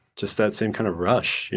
just that same kind of rush,